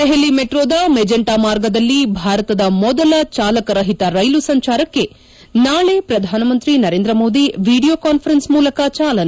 ದೆಹಲಿ ಮೆಟ್ರೊದ ಮೆಜೆಂಟಾ ಮಾರ್ಗದಲ್ಲಿ ಭಾರತದ ಮೊದಲ ಜಾಲಕರಹಿತ ರೈಲು ಸಂಚಾರಕ್ಕೆ ನಾಳೆ ಪ್ರಧಾನಮಂತ್ರಿ ನರೇಂದ್ರ ಮೋದಿ ವಿಡಿಯೊ ಕಾನ್ವರೆನ್ಸ್ ಮೂಲಕ ಚಾಲನೆ